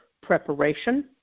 preparation